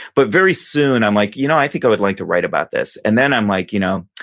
but very soon i'm like, you know, i think i would like to write about this. and then i'm like, you know,